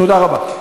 תודה רבה.